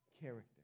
character